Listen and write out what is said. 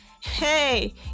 Hey